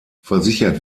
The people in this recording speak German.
versichert